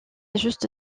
juste